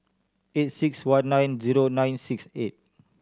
eight six one nine zero nine six eight